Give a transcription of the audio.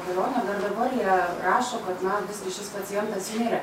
kelionę dar dabar jie rašo kad na visgi šis pacientas mirė